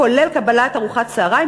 כולל קבלת ארוחת צהריים,